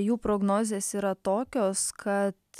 jų prognozės yra tokios kad